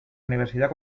universidad